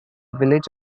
village